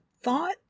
thought